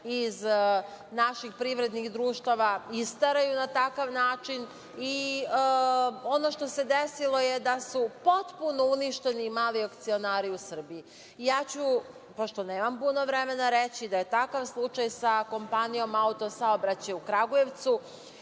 iz naših privrednih društava isteraju na takav način i ono što se desilo je da su potpuno uništeni mali akcionari u Srbiji. Pošto nemam puno vremena, reći ću da je takav slučaj sa kompanijom „Autosaobraćaj“ u Kragujevcu,